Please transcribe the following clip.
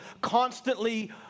constantly